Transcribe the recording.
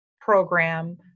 program